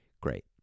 Great